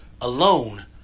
alone